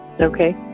Okay